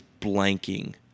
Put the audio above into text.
blanking